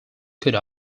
could